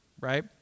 right